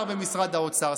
שר במשרד האוצר,